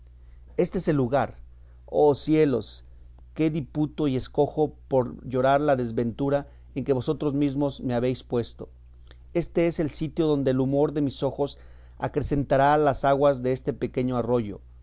éste es el lugar oh cielos que diputo y escojo para llorar la desventura en que vosotros mesmos me habéis puesto éste es el sitio donde el humor de mis ojos acrecentará las aguas deste pequeño arroyo